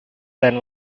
than